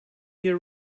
year